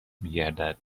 میگردد